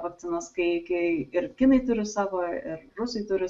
vakcinas kai kai ir kinai turi savo ir rusai turi